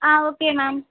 ah okay ma'am